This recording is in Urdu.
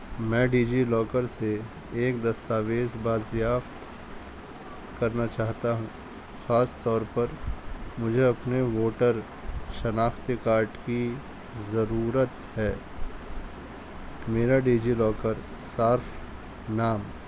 میں ڈجی لاکر سے ایک دستاویز بازیافت کرنا چاہتا ہوں خاص طور پر مجھے اپنے ووٹر شناختی کارڈ کی ضرورت ہے میرا ڈجی لاکر صارف نام